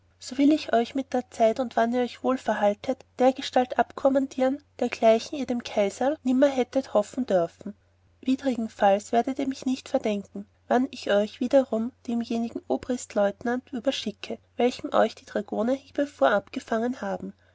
so will ich euch mit der zeit und wann ihr euch wohl verhaltet dergestalt akkommodieren dergleichen ihr bei den kaiserl nimmer hättet hoffen dörfen widrigenfalls werdet ihr mich nicht verdenken wann ich euch wiederum demjenigen obristleutenant überschicke welchem euch die dragoner hiebevor abgefangen haben